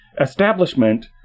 establishment